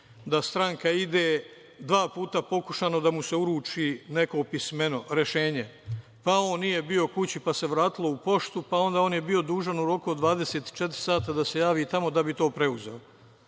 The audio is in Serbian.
da stranka ide dva puta, pokušano da mu se uruči neko pismeno, rešenje, pa on nije bio kući, pa se vratilo u poštu, pa je onda on bio dužan u roku od 24 sata da se javi tamo da bi to preuzeo.